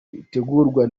ritegurwa